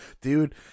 dude